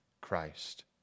Christ